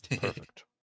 Perfect